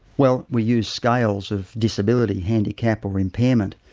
well we use scales of disability, handicap or impairment.